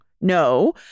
no